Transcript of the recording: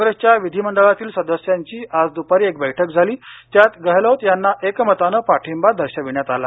काँग्रेसच्या विधीमंडळातील सदस्यांची आज दुपारी एक बैठक झाली त्यात गहलोत यांना एकमतानं पाठिंबा दर्शविण्यात आला